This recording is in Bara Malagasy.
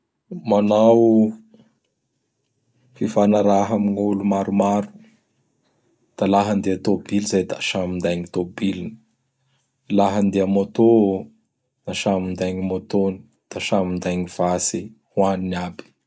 Manao fifanaraha amign' olo maromaro; da laha handeha tôbily izay da samy minday gny tôbiliny. Laha handeha moto, da samy minday gny môtôny. Da samy minday gny vatsy ho haniny aby.